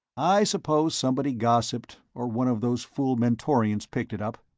i suppose somebody gossiped, or one of those fool mentorians picked it up.